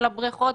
הבריכות,